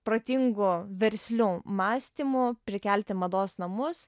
protingų verslių mąstymu prikelti mados namus